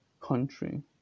country